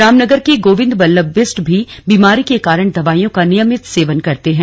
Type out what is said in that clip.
रामनगर के गोविन्द बल्लभ बिष्ट भी बीमारी के कारण दवाईयों का नियमित सेवन करते हैं